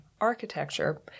architecture